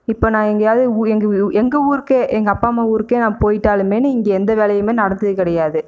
இப்போ நான் எங்கேயாவது எங்கள் எங்கள் ஊருக்கே எங்கள் அப்பா அம்மா ஊருக்கே நான் போயிட்டாலுமே இங்கே எந்த வேலையுமே நடந்தது கிடையாது